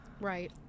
Right